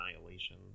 Annihilation